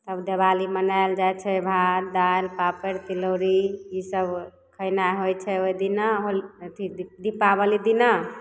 तब दीवाली मनायल जाइ छै भात दालि पापड़ तिलौड़ी इसब खेनाइ होइ छै ओइदिना होली अथी दीप दीपावली दिना